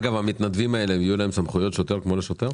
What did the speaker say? המתנדבים האלה יהיו להם סמכויות שוטר כמו לשוטר?